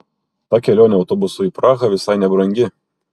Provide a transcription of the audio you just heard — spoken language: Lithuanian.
ta kelionė autobusu į prahą visai nebrangi